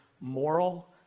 moral